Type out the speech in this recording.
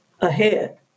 ahead